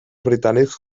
britànics